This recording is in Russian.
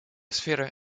сфера